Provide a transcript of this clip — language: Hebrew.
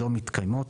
לא מתקיימות,